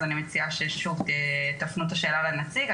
אז אני מציעה ששוב תפנו את השאלה לנציג.